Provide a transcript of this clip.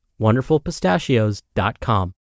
wonderfulpistachios.com